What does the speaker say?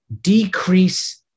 decrease